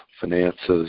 finances